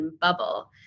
bubble